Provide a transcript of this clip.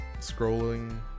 scrolling